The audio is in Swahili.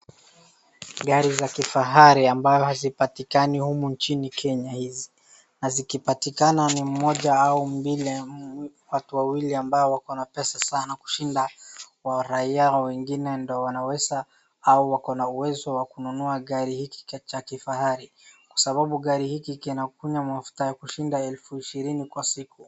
Gari za kifahari ambayo hazipatikani humu nchini Kenya hizi, na zikipatikana ni moja au mbili. Watu wawili ambao wako na pesa sana kushinda waraia wengine ndio wanaoweza au wako na uwezo wa kununua gari hiki cha kifahari, kwa sababu gari hiki kinakunywa mafuta ya kushinda ya elfu ishirini kwa siku.